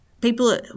people